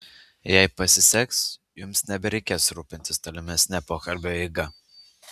jei pasiseks jums nebereikės rūpintis tolimesne pokalbio eiga